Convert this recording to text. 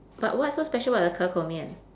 but what's so special about the ke kou mian